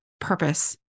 purpose